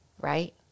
right